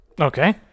Okay